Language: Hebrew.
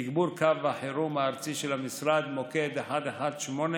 תגבור קו החירום הארצי של המשרד, מוקד 118,